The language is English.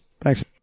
Thanks